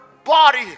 body